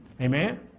Amen